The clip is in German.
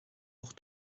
auch